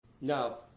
Now